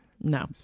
no